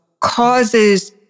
causes